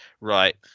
Right